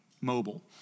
mobile